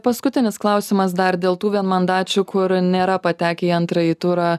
paskutinis klausimas dar dėl tų vienmandačių kur nėra patekę į antrąjį turą